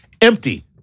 empty